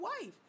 wife